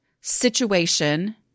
situation